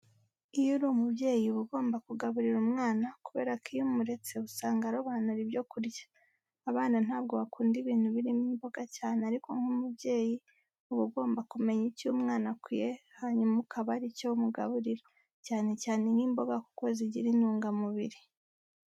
Iyo uri umubyeyi uba ugomba kugaburira umwana kubera ko iyo umuretse usanga arobanura ibyo kurya. Abana ntabwo bakunda ibintu birimo imboga cyane ariko nk'umubyeyi uba ugomba kumenya icyo umwana akwiye hanyuma ukaba ari cyo umugaburira, cyane cyane nk'imboga kuko zigira intungamubiri.